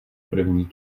první